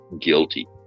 guilty